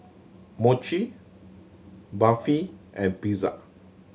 Mochi Barfi and Pizza